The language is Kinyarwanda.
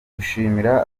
gushimira